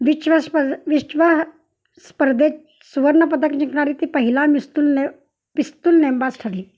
विश्व स्पर् विश्व स्पर्धेत सुवर्णपदक जिंकणारी ती पहिला मिस्तुल ने पिस्तुल नेमबाज ठरली